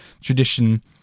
tradition